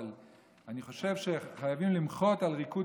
אבל אני חושב שחייבים למחות על ריקוד